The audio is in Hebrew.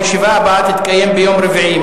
הישיבה הבאה תתקיים ביום רביעי,